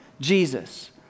Jesus